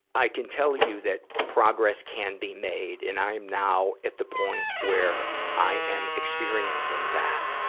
i can tell you that progress can be made. and i'm now at the point where i am experiencing that.